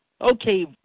okay